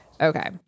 Okay